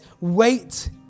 wait